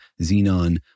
xenon